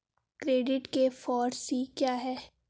Credit के four C क्या हैं?